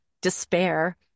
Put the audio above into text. despair